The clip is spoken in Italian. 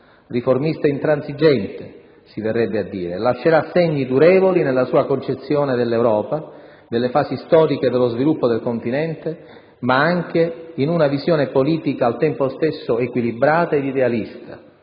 riformista intransigente, si vorrebbe dire - e lascerà segni durevoli nella sua concezione dell'Europa, delle fasi storiche dello sviluppo del continente, ma anche in una visione politica al tempo stesso equilibrata ed idealista,